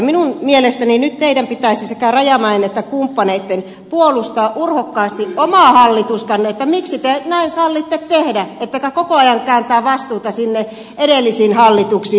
minun mielestäni teidän sekä rajamäen että kumppaneitten pitäisi nyt puolustaa urhokkaasti omaa hallitustanne ja sitä miksi te näin sallitte tehdä eikä koko ajan kääntää vastuuta sinne edellisiin hallituksiin